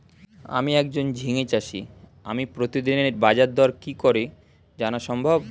আমি একজন ঝিঙে চাষী আমি প্রতিদিনের বাজারদর কি করে জানা সম্ভব?